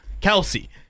Kelsey